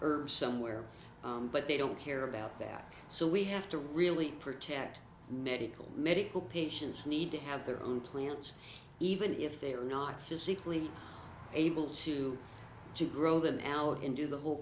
s somewhere but they don't care about that so we have to really protect medical medical patients need to have their own plants even if they are not physically able to to grow them out and do the whole